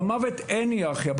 במוות אין היררכיה.